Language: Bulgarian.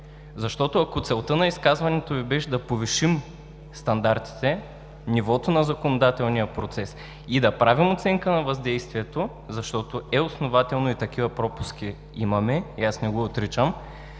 Защото, ако целта на изказването Ви беше да повишим стандартите, нивото на законодателния процес и да правим оценка на въздействието, защото е основателно и такива пропуски имаме, и аз не го отричам,